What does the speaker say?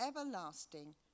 everlasting